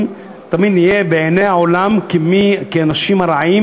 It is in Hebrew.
תמיד נהיה בעיני העולם כאנשים הרעים,